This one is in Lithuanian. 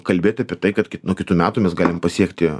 kalbėt apie tai kad nuo kitų metų mes galim pasiekti